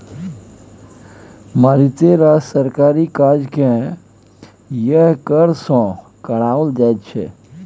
मारिते रास सरकारी काजकेँ यैह कर सँ कराओल जाइत छै